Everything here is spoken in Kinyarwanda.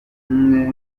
umwe